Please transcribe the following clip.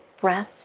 breath